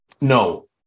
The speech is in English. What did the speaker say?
No